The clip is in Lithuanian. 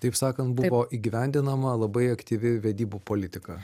taip sakant buvo įgyvendinama labai aktyvi vedybų politika